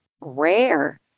rare